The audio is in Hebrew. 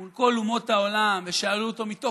מול כל אומות העולם ושאלו אותו מתוקף